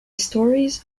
stories